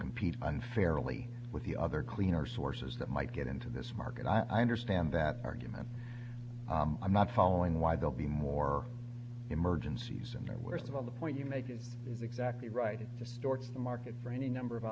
compete unfairly with the other cleaner sources that might get into this market i understand that argument i'm not following why they'll be more emergencies and worst of all the point you make is is exactly right to stuart's the market for any number of